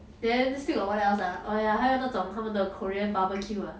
then still got what else ah oh ya 还有那种他们的 korean barbecue ah